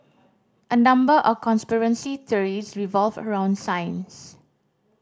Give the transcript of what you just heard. a number of conspiracy theories revolve around science